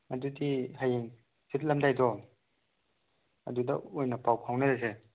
ꯑꯗꯨꯗꯤ ꯍꯌꯦꯡ ꯆꯠꯂꯝꯗꯥꯏꯗꯣ ꯑꯗꯨꯗ ꯑꯣꯏꯅ ꯄꯥꯎ ꯐꯥꯎꯅꯔꯁꯦ